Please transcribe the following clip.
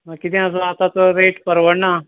ना कितें आसा आतां तो रेट परवडना